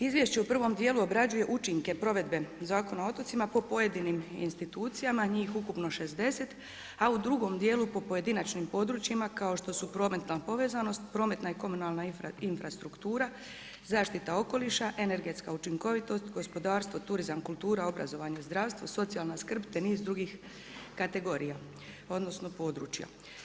Izvješće u prvom dijelu obrađuje učinke provedbe Zakon o otocima, po pojedinim institucijama, njih ukupno 60, a u drugom dijelu po pojedinačnim područjima kao što su prometna povezanost, prometna i komunalna infrastruktura, zaštita okoliša, energetska učinkovitost, gospodarstvo, turizam, kultura, obrazovanje, zdravstvo, socijalna skrb, te niz dugih kategorija, odnosno, područja.